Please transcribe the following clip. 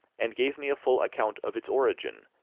and gave me a full account of its origin,